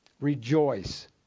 rejoice